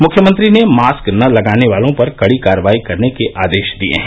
मृख्यमंत्री ने मास्क न लगाने वालों पर कड़ी कार्रवाई करने के आदेश दिए हैं